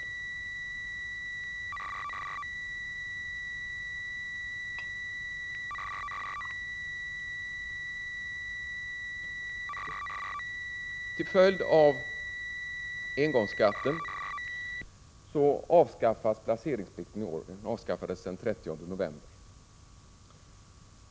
4 Till följd av engångsskatten avskaffades placeringsplikten från den 30 november i år.